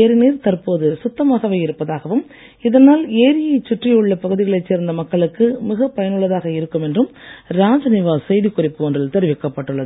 ஏரி நீர் தற்போது சுத்தமாகவே இருப்பதாகவும் இதனால் ஏரியைச் சுற்றியுள்ள பகுதிகளைச் சேர்ந்த மக்களுக்கு மிகப் பயனுள்ளதாக இருக்கும் என்றும் ராஜ்நிவாஸ் செய்திக்குறிப்பு ஒன்றில் தெரிவிக்கப்பட்டுள்ளது